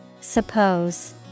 Suppose